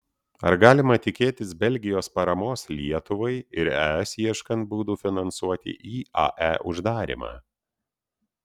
ar galima tikėtis belgijos paramos lietuvai ir es ieškant būdų finansuoti iae uždarymą